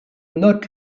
note